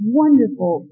wonderful